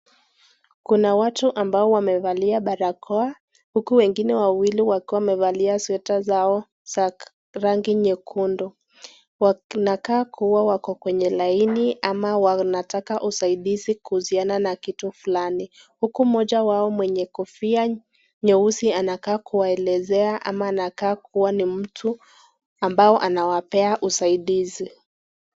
Kuna watu ambao wamevalia barakoa, huku wengine wawili wakiwa wamevalia sweater zao za rangi nyekundu, wanakaa kuwa wako kwenye laini ama wanataka usaidizi kuhusiana na kitu fulani huku moja wao mwenye kofia nyeusi anakaa kuelezea ama anakaa kuwa ni mtu ambao anapewa usaidizi .